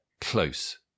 close